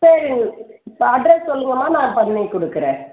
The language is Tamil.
சரி எங்களுக்கு இப்போ அட்ரஸ் சொல்லுங்கம்மா நான் பண்ணிக் கொடுக்கறேன்